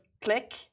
click